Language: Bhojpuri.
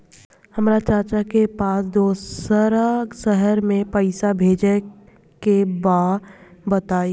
हमरा चाचा के पास दोसरा शहर में पईसा भेजे के बा बताई?